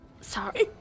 Sorry